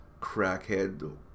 crackhead